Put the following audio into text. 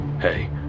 hey